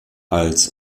als